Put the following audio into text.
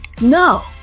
no